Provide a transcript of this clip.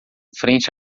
frente